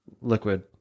liquid